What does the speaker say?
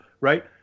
right